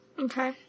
Okay